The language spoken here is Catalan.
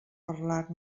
parlar